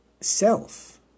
self